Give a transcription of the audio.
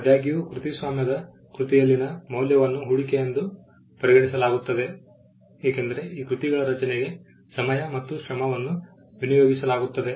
ಆದಾಗ್ಯೂ ಕೃತಿಸ್ವಾಮ್ಯದ ಕೃತಿಯಲ್ಲಿನ ಮೌಲ್ಯವನ್ನು ಹೂಡಿಕೆಯೆಂದು ಪರಿಗಣಿಸಲಾಗುತ್ತದೆ ಏಕೆಂದರೆ ಈ ಕೃತಿಗಳ ರಚನೆಗೆ ಸಮಯ ಮತ್ತು ಶ್ರಮವನ್ನು ವಿನಿಯೋಗಿಸಲಾಗುತ್ತದೆ